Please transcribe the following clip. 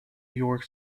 york